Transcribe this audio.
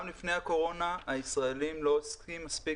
גם לפני הקורונה הישראלים לא עוסקים מספיק